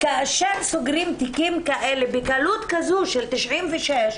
כאשר סוגרים תיקים כאלה בקלות כזו של 96%,